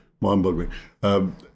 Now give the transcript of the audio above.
Mind-boggling